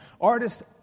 Artists